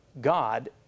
god